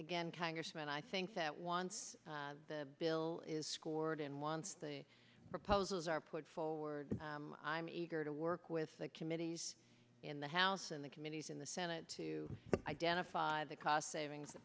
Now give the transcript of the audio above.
again congressman i think that once the bill is scored and once the proposals are put forward i'm eager to work with the committees in the house and the committees in the senate to identify the cost savings the